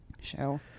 show